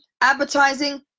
advertising